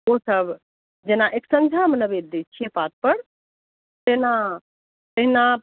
ओ सब जेना एक सन्झामे नेवैद्य दै छिए पातपर तेना तहिना